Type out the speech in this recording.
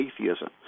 atheism